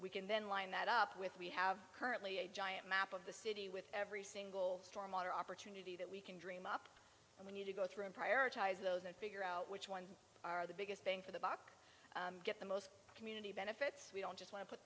we can then line that up with we have currently a giant map of the city with every single storm water opportunity can dream up and when you to go through and prioritize those and figure out which ones are the biggest bang for the buck get the most community benefits we don't just want to put